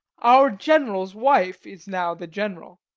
our general's wife is now the general